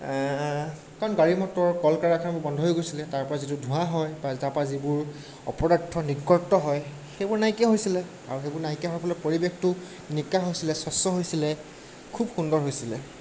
কাৰণ গাড়ী মটৰ কল কাৰখানাবোৰ বন্ধ হৈ গৈছিলে তাৰপৰা যিটো ধোঁৱা হয় তাৰপৰা যিবোৰ অপদাৰ্থ নিৰ্গত হয় সেইবোৰ নাইকিয়া হৈছিলে আৰু সেইবোৰ নাইকিয়া হোৱাৰ ফলত পৰিৱেশটো নিকা হৈছিলে স্বচ্ছ হৈছিলে খুব সুন্দৰ হৈছিলে